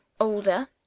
older